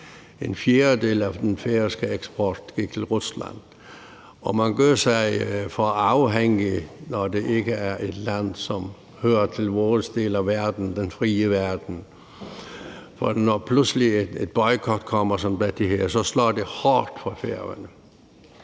En fjerdedel af den færøske eksport gik til Rusland, og man gør sig for afhængig, når det ikke er et land, som hører til vores del af verden, den frie verden. For når der pludselig kommer en boykot som den her, slår det hårdt på Færøerne,